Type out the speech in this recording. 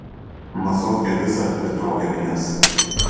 masofkė visad pritraukia minias